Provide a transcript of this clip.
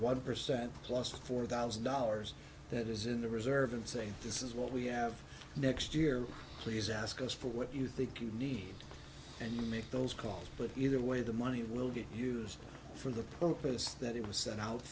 one percent plus four thousand dollars that is in the reserve and say this is what we have next year please ask us for what you think you need and make those calls but either way the money will be used for the purpose that it was set out